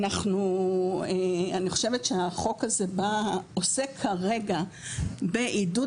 אני חושבת שהחוק הזה עוסק כרגע בעידוד